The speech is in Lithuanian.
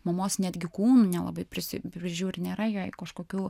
mamos netgi kūnų nelabai pržiūri nėra jai kažkokių